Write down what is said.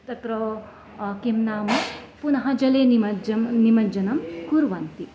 तत्र किं नाम पुनः जले निमज्जं निमज्जनं कुर्वन्ति